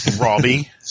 Robbie